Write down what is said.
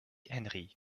henry